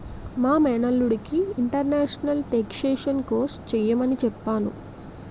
మా మేనల్లుడికి international taxation course చెయ్యమని చెప్పాను